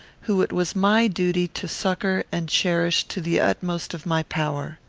whom it was my duty to succour and cherish to the utmost of my power.